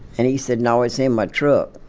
and he said, no, it's in my truck.